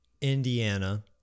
Indiana